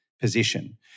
position